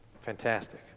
Fantastic